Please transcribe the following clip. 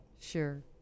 sure